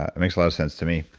it makes a lot of sense to me.